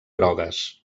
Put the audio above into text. grogues